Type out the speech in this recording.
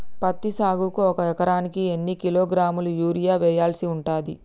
పత్తి సాగుకు ఒక ఎకరానికి ఎన్ని కిలోగ్రాముల యూరియా వెయ్యాల్సి ఉంటది?